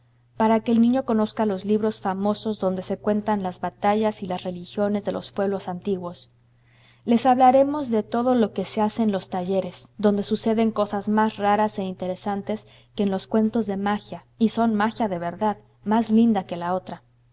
para que el niño conozca los libros famosos donde se cuentan las batallas y las religiones de los pueblos antiguos les hablaremos de todo lo que se hace en los talleres donde suceden cosas más raras e interesantes que en los cuentos de magia y son magia de verdad más linda que la otra